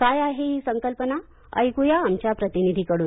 काय आहे ही संकल्पना ऐकू या आमच्या प्रतिनिधीकडून